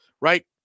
right